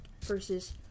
versus